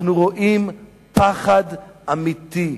אנחנו רואים פחד אמיתי,